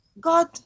God